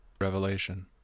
Revelation